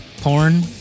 porn